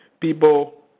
people